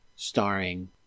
starring